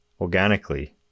organically